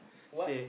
what